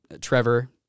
Trevor